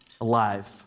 alive